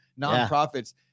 nonprofits